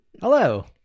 hello